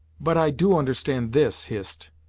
but i do understand this, hist,